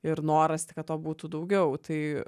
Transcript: ir noras tik kad to būtų daugiau tai